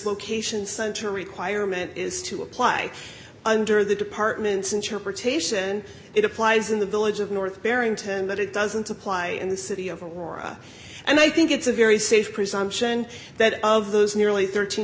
location center requirement is to apply under the department's interpretation it applies in the village of north barrington but it doesn't apply in the city of aurora and i think it's a very safe presumption that of those nearly